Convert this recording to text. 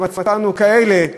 ומצאנו כאלה,